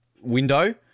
window